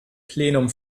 plenum